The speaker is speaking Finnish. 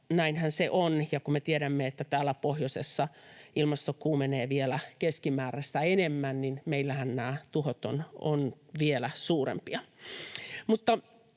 näinhän se on. Ja kun me tiedämme, että täällä pohjoisessa ilmasto kuumenee vielä keskimääräistä enemmän, niin meillähän nämä tuhot ovat vielä suurempia.